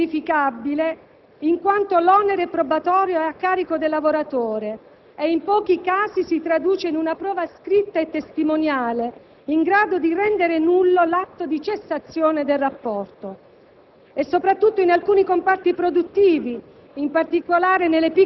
Il fenomeno di cui parliamo, molto diffuso, è difficilmente verificabile in quanto l'onere probatorio è a carico del lavoratore e in pochi casi si traduce in una prova scritta o testimoniale in grado di rendere nullo l'atto di cessazione del rapporto.